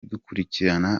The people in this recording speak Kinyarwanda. dukurikirana